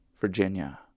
Virginia